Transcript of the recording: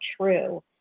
true